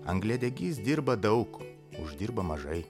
angliadegys dirba daug uždirba mažai